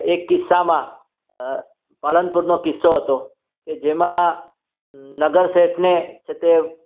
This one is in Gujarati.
એક કિસ્સામાં પાલનપુરનો કિસ્સો હતો કે જેમાં નગરસેઠને છે તે